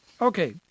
Okay